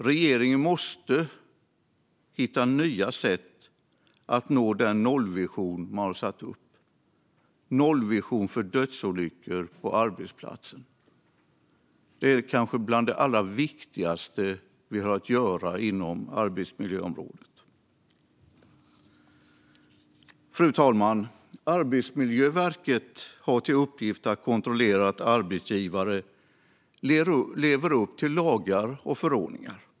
Regeringen måste hitta nya sätt att nå den nollvision man satt upp för dödsolyckor på arbetsplatser. Det är kanske bland det allra viktigaste vi har att göra inom arbetsmiljöområdet. Fru talman! Arbetsmiljöverket har till uppgift att kontrollera att arbetsgivare lever upp till lagar och förordningar.